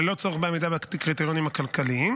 ללא צורך בעמידה בקריטריונים הכלכליים.